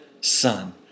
son